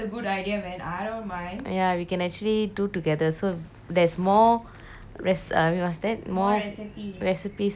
ya we can actually do together so there's more rec~ uh I mean what's that more recipes that we can actually